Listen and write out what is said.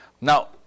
Now